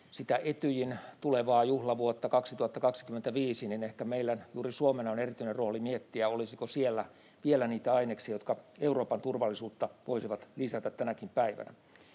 sitä Etyjin tulevaa juhlavuotta 2025, niin ehkä juuri meillä Suomella on erityinen rooli miettiä, olisiko siellä vielä niitä aineksia, jotka Euroopan turvallisuutta voisivat lisätä tänäkin päivänä.